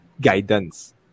guidance